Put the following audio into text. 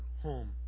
home